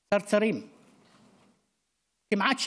כמעט שקט,